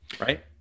right